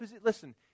listen